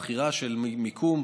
בחירה של מיקום,